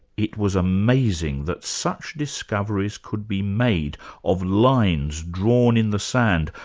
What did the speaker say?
it was amazing that such discoveries could be made of lines drawn in the sand,